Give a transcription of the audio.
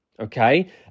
Okay